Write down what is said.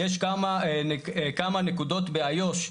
יש כמה נקודות ביו"ש,